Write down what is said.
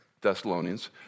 Thessalonians